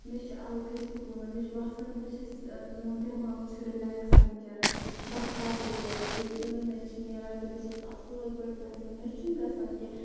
مےٚ چھُ اَلگٕے سکوٗن یِوان مےٚ چھُ باسان بہٕ چھَس میون دیٚماغ چھُ رِلیکٕس وٕنکیٚنَس بہٕ ہیٚکہٕ کٔرِتھ بہٕ اِوٕن مےٚ چھُ نیران تہِ بہٕ چھَس اَصل پٲٹھۍ وٮ۪سَن مےٚ چھُنہٕ گَژھان کہِ